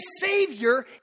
Savior